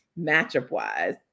matchup-wise